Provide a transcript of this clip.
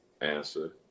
answer